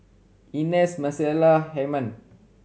Ines Micaela Hyman